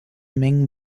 mengen